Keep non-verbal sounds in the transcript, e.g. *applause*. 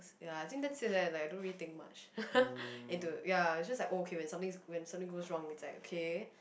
ya I think that's it leh like I don't really think much *laughs* into ya it's just like oh okay when something when something goes wrong it's like okay